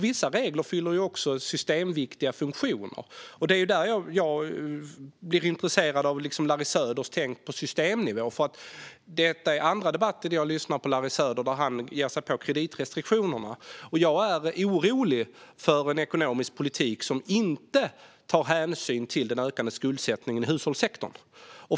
Vissa regler fyller systemviktiga funktioner, och där blir jag intresserad av Larry Söders tänk på systemnivå. Detta är den andra debatten som jag lyssnar på Larry Söder där han ger sig på kreditrestriktionerna, och jag är orolig för en ekonomisk politik som inte tar hänsyn till den ökande skuldsättningen i hushållssektorn.